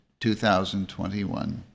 2021